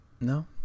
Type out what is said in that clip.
no